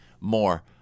more